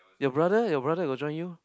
your brother your brother got join you